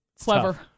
Clever